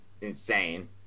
insane